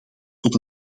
tot